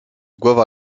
głowa